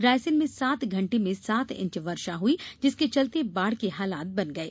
रायसेन में सात घंटे में सात इंच वर्षा हुई जिसके चलते बाढ़ के हालत बन गये